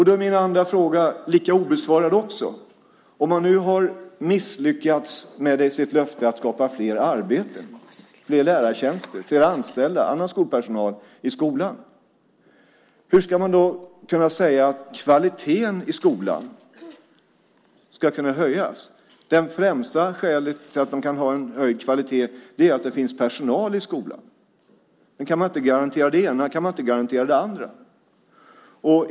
Då är min andra fråga lika obesvarad: Om man nu har misslyckats med sitt löfte att skapa fler arbeten, fler lärartjänster, fler anställda inom andra yrkeskategorier i skolan, hur ska man då kunna säga att kvaliteten i skolan ska kunna höjas? Det främsta skälet till att de kan ha en höjd kvalitet är att det finns personal i skolan. Kan man inte garantera det ena kan man inte garantera det andra.